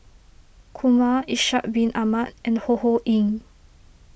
Kumar Ishak Bin Ahmad and Ho Ho Ying